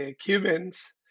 cubans